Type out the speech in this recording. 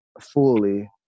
fully